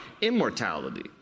immortality